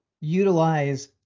utilize